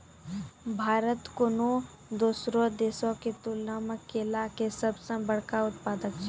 भारत कोनो दोसरो देशो के तुलना मे केला के सभ से बड़का उत्पादक छै